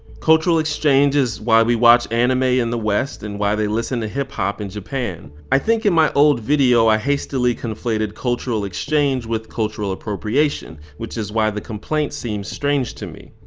cultural exchange is why we watch anime in the west, and why they listen to hiphop in japan. i think in my old video i hastily conflated cultural exchange with cultural appropriation, which is why the complaint seemed strange to me.